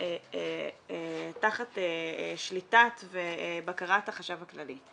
תחת שליטת ובקרת החשב הכללי.